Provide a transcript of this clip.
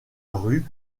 rue